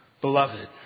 Beloved